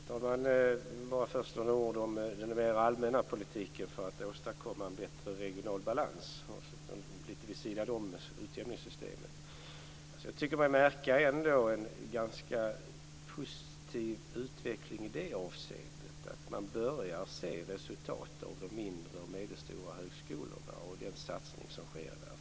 Herr talman! Först några ord om den allmänna politiken för att åstadkomma en bättre regional balans vid sidan om utjämningssystemet. Jag tycker mig ändå märka en ganska positiv utveckling i det avseendet att man börjar se resultat av de mindre och medelstora högskolorna och den satsning som där sker.